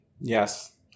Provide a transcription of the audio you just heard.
Yes